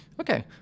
Okay